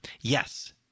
yes